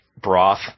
broth